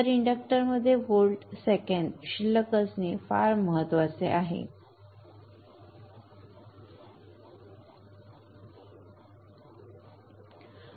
तर इंडक्टरमध्ये volt second balance असणे फार महत्वाचे आहे